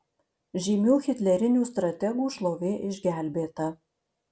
žymių hitlerinių strategų šlovė išgelbėta